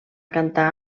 cantar